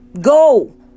Go